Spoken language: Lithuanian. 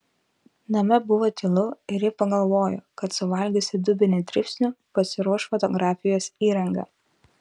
name buvo tylu ir ji pagalvojo kad suvalgiusi dubenį dribsnių pasiruoš fotografijos įrangą